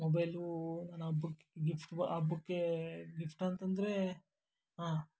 ಮೊಬೈಲೂ ನಾ book gift ಆ ಬುಕ್ಕೇ ಗಿಫ್ಟ್ ಅಂತಂದರೆ ಹಾಂ